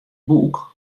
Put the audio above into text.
boek